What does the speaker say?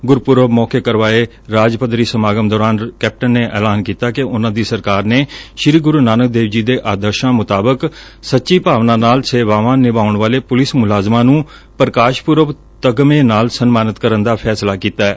ਗੁਰਪੁਰਬ ਮੌਕੇ ਕਰਵਾਏ ਗਏ ਰਾਜ ਪੱਧਰੀ ਸਮਾਗਮ ਦੌਰਾਨ ਕੈਪਟਨ ਨੇ ਐਲਾਨ ਕੀਤਾ ਕਿ ਉਨੁਾਂ ਦੀ ਸਰਕਾਰ ਨੇ ਸ੍ਰੀ ਗੁਰੁ ਨਾਨਕ ਦੇਵ ਜੀ ਦੇ ਆਦਰਸਾਂ ਮੁਤਾਬਕ ਸੱਚੀ ਭਾਵਨਾ ਨਾਲ ਸੇਵਾਵਾਂ ਨਿਭਾਉਣ ਵਾਲੇ ਪੁਲਿਸ ਮੁਲਾਜ਼ਮਾਂ ਨੂੰ ਪ੍ਰਕਾਸ਼ ਪੁਰਬ ਤਗਮੇ ਨਾਲ ਸਨਮਾਨਿਤ ਕਰਨ ਦਾ ਫੈਸਲਾ ਕੀਤੈ